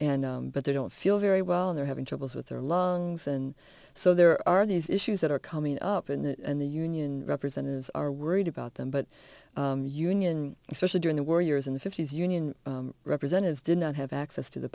and but they don't feel very well they're having troubles with their lungs and so there are these issues that are coming up in that and the union representatives are worried about them but the union especially during the war years in the fifty's union representatives did not have access to the